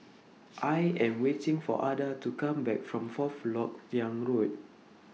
I Am waiting For Ada to Come Back from Fourth Lok Yang Road